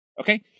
Okay